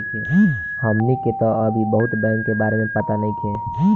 हमनी के तऽ अभी बहुत बैंक के बारे में पाता नइखे